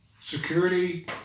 Security